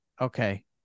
okay